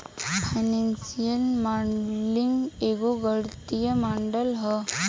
financial modelling एगो गणितीय model ह